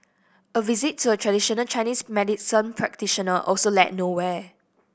a visit to a traditional Chinese medicine practitioner also led nowhere